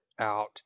out